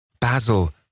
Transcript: Basil